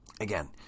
again